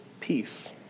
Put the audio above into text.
peace